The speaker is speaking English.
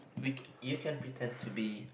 we you can pretend to be